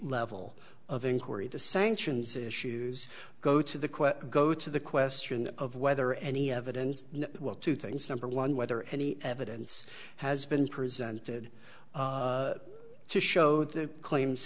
level of inquiry the sanctions issues go to the quick go to the question of whether any evidence will two things number one whether any evidence has been presented to show the claims